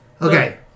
Okay